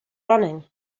running